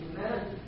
Amen